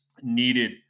needed